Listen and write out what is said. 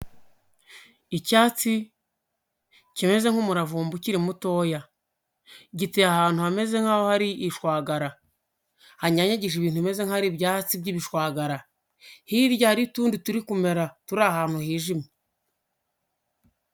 Icyatsi kimeze nk'umuravumba ukiri mutoya, giteye ahantu hameze nk'aho hari ishwagara, hanyanyagije ibintu bimeze nk'aho ari ibyatsi by'ibishwagara. Hirya hariyo utundi turi kumera, turi ahantu hijimye.